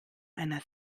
einer